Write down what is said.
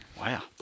Wow